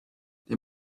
they